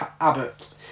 Abbott